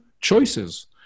choices